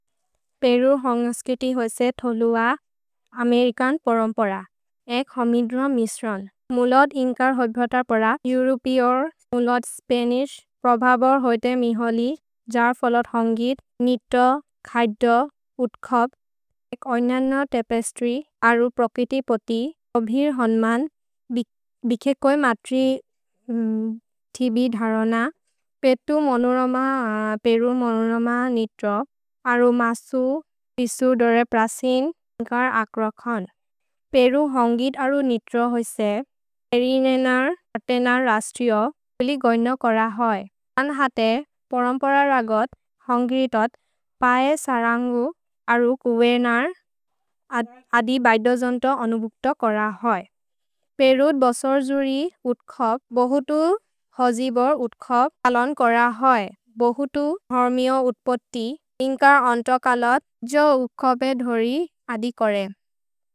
पेरु होन्स्किति होएसे थोलुव अमेरिकन् परम्पर। एक् होमिद्रोन् मिस्रोन्। मुलोद् इन्कर् होद्भत पर एउरोपिओर्, मुलोद् स्पनिश्, प्रभबर् होएते मिहोलि, जर् फलोद् होन्गित्, नित, खैद, उत्खब्, एक् ओज्नन्न तपेस्त्र्य्, अरु प्रकिति पोति, ओभिर् होन्मन् बिखेकोइ मत्रि थिबि धरोन, पेतु मोनोरम, पेरु मोनोरम नित्रो, अरु मसु, पिसु, दोरे प्रसिन्, इन्कर् अक्रखोन्। पेरु होन्गित् अरु नित्रो होएसे, एरिने नर्, अते नर्, रस्तिओ, फिलिगोय्नो कोर होइ। तन् हते परम्पर रगत्, होन्गितत्, पए सरन्गु, अरु कुएर् नर्, अदि बैदो जोन्तो अनुबुक्त कोर होइ। पेरुत् बसोर् जुरि उत्खब्, बहुतु होजिबोर् उत्खब्, तलोन् कोर होइ, बहुतु होर्मिओ उत्पोत्ति, इन्कर् अन्तकलत्, जो उत्खबे धोरि, अदि कोरे।